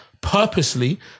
purposely